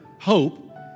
hope